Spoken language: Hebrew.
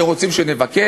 אתם רוצים שנבקש?